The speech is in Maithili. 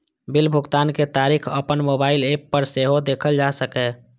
बिल भुगतानक तारीख अपन मोबाइल एप पर सेहो देखल जा सकैए